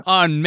on